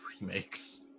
remakes